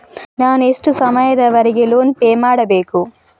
ನಾನು ಎಷ್ಟು ಸಮಯದವರೆಗೆ ಲೋನ್ ಪೇ ಮಾಡಬೇಕು?